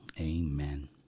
amen